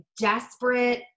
desperate